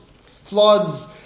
floods